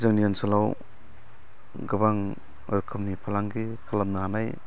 जोंनि ओनसोलाव गोबां रोखोमनि फालांगि खालामनो हानाय